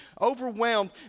overwhelmed